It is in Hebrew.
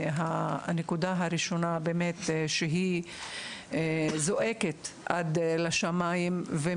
הנקודה הראשונה באמת זועקת לשמיים והיא